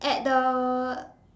at the